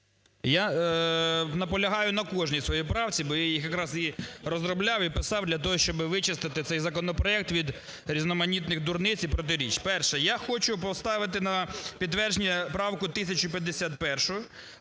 Я наполягаю на кожній своїй правці, бо я їх якраз і розробляв і представив для того, щоби вичистити цей законопроект від різноманітних дурниць і протиріч. Перше. Я хочу поставити на підтвердження правку 1051.